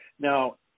Now